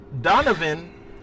Donovan